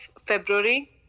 February